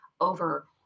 over